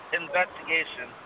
investigation